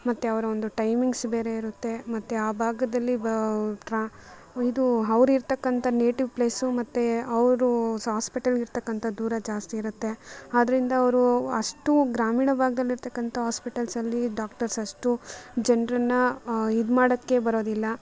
ಮತ್ತು ಅವರ ಒಂದು ಟೈಮಿಂಗ್ಸ್ ಬೇರೆ ಇರುತ್ತೆ ಮತ್ತು ಆ ಭಾಗದಲ್ಲಿ ಟ್ರಾ ಇದು ಅವ್ರು ಇರ್ತಕಂಥ ನೇಟಿವ್ ಪ್ಲೇಸು ಮತ್ತು ಅವರು ಸಹ ಆಸ್ಪಿಟಲ್ಗಿರ್ತಕ್ಕಂಥ ದೂರ ಜಾಸ್ತಿ ಇರುತ್ತೆ ಆದ್ದರಿಂದ ಅವರು ಅಷ್ಟು ಗ್ರಾಮೀಣ ಭಾಗ್ದಲ್ಲಿರ್ತಕ್ಕಂಥ ಆಸ್ಪಿಟಲ್ಸಲ್ಲಿ ಡಾಕ್ಟರ್ಸ್ ಅಷ್ಟು ಜನರನ್ನ ಇದ್ಮಾಡಕ್ಕೇ ಬರೋದಿಲ್ಲ